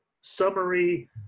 summary